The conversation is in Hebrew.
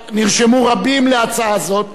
הכספים על מנת להכינה לקריאה שנייה ושלישית.